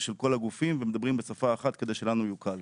של כל הגופים ומדברים בשפה אחת כדי שלנו יוקל.